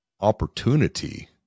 opportunity